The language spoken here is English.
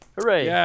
Hooray